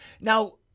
Now